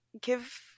give